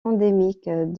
endémique